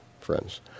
friends